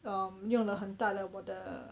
um 用了很大的我的